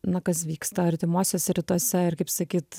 na kas vyksta artimuosiuose rytuose ir kaip sakyt